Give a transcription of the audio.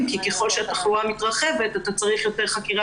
כי ככל שהתחלואה מתרחבת צריך יותר חקירה